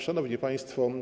Szanowni Państwo!